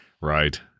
Right